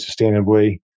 sustainably